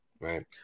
right